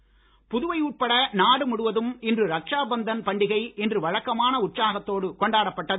ரட்ஷா பந்தன் புதுவை உட்பட நாடு முழுவதும் இன்று ரட்ஷா பந்தன் பண்டிகை இன்று வழக்கமான உற்சாகத்தோடு கொண்டாடப்பட்டது